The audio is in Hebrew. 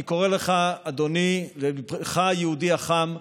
אני קורא לך, אדוני, לליבך היהודי החם,